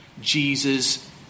Jesus